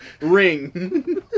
Ring